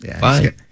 Bye